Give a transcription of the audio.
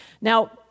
Now